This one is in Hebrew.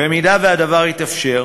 במידה שהדבר יתאפשר,